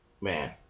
Man